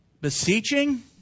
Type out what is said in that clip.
Beseeching